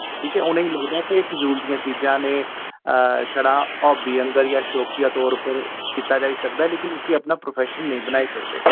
ठीक ऐ उ'नेंगी लगदा के फजूल दियां चीजां न एह् शड़ा हाबी आह्नगर यां शौकिया तौर पर कीता जाई सकदा ऐ लेकिन इस्सी अपना प्रोफेशन नेईं बनाई सकदे